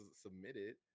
submitted